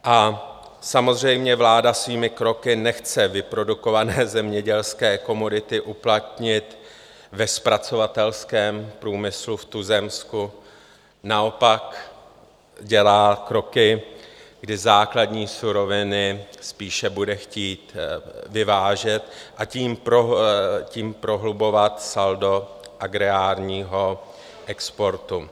A samozřejmě vláda svými kroky nechce vyprodukované zemědělské komodity uplatnit ve zpracovatelském průmyslu v tuzemsku, naopak dělá kroky, kdy základní suroviny spíše bude chtít vyvážet, a tím prohlubovat saldo agrárního exportu.